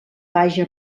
vaja